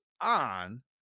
on